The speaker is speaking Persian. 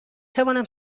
توانم